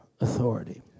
authority